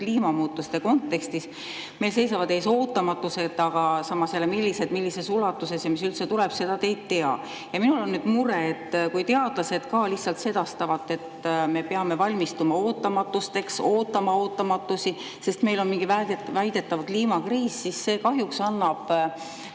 kliimamuutuste kontekstis seisavad meil ees ootamatused, kuid samas jälle, et millised, millises ulatuses ja mis üldse tulevad, seda ei tea. Minul on nüüd mure, et kui teadlased ka lihtsalt sedastavad, et me peame valmistuma ootamatusteks, ootama ootamatusi, sest meil on mingi väidetav kliimakriis, siis see kahjuks annab,